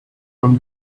from